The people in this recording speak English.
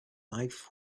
life